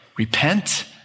repent